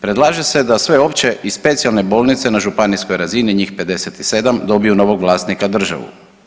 Predlaže se da sve opće i specijalne bolnice na županijskoj razini njih 57 dobiju novog vlasnika državu.